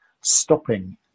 stopping